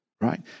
right